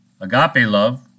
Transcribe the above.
agape-love